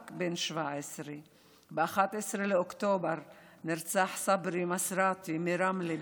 רק בן 17. ב-11 באוקטובר נרצח סברי מוסראתי מרמלה,